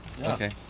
Okay